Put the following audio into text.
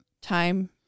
time